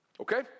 Okay